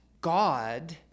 God